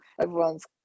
Everyone's